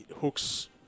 hooks